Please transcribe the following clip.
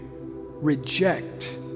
reject